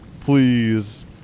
please